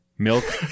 Milk